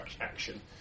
action